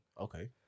Okay